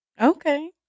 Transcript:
Okay